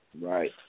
Right